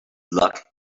luck